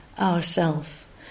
ourself